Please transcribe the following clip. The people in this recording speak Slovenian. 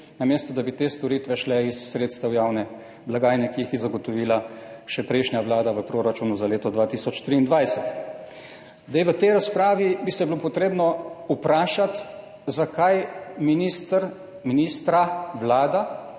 namesto da bi te storitve šle iz sredstev javne blagajne, ki jih je zagotovila še prejšnja vlada v proračunu za leto 2023. V tej razpravi bi se bilo potrebno vprašati, zakaj minister,